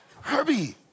Herbie